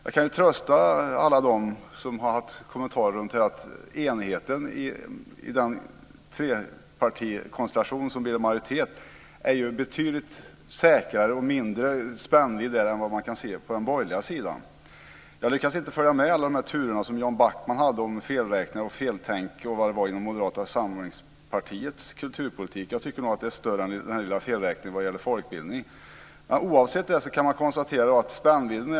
Jag kan trösta alla de som har haft sådana kommentarer med att enigheten i den trepartikonstellation som bildar majoritet är betydligt säkrare och har mindre spännvidd än vad man kan se på den borgerliga sidan. Jag lyckades inte följa med i alla turer som Jan Backman hade med felräkningar och feltänk och vad det var i Moderata samlingspartiets kulturpolitik. Jag tycker nog att det är större än den lilla felräkningen när det gäller folkbildning. Oavsett det kan man titta på spännvidden.